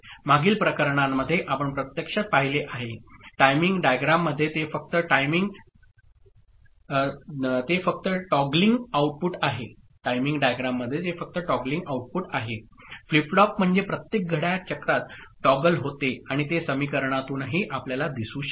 मागील प्रकरणांमध्ये आपण प्रत्यक्षात पाहिले आहे टायमिंग डायग्राममध्ये ते फक्त टॉगलिंग आउटपुट आहे फ्लिप फ्लॉप म्हणजे प्रत्येक घड्याळ चक्रात टॉगल होते आणि ते समीकरणातूनही आपल्याला दिसू शकते